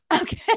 Okay